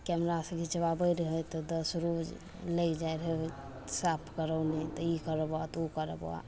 कैमरासे घिचबाबै रहै तऽ दस रोज लागि जाइ रहै साफ करबैमे तऽ ई करबऽ ओ करबऽ